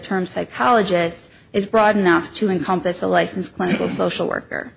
term psychologist is broad enough to encompass a licensed clinical social worker